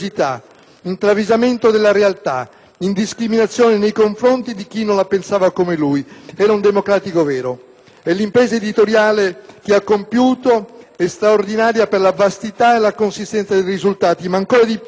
in travisamento della realtà, in discriminazione nei confronti di chi non la pensava come lui. Era un democratico vero. L'impresa editoriale che ha compiuto è straordinaria per la vastità e la consistenza dei risultati, ma ancor di più